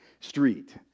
street